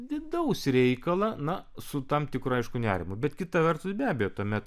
vidaus reikalą na su tam tikru aišku nerimu bet kita vertus be abejo tuomet